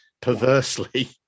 perversely